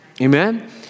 Amen